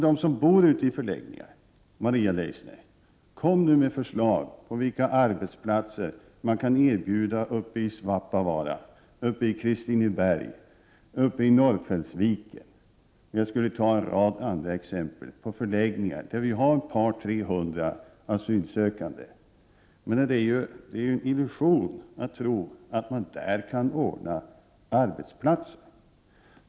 Kom med förslag, Maria Leissner, om vilka arbetstillfällen man kan erbjuda dem som bor på förläggningar uppe i Svappavaara, Kristineberg, Norrfällsviken eller andra liknande förläggningar där det bor 200-300 asylsökande. Det är en illusion att tro att man där kan ordna arbetsplatser.